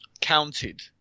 counted